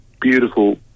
beautiful